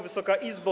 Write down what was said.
Wysoka Izbo!